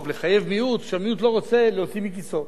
לחייב מיעוט כשהמיעוט לא רוצה להוציא מכיסו?